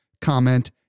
comment